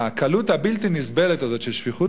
הקלות הבלתי נסבלת הזאת של שפיכות